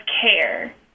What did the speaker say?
care